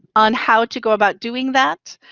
on how to go about doing that.